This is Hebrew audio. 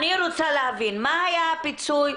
אני רוצה להבין, מה היה הפיצוי,